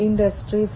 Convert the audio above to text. industry 4